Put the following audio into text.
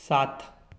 सात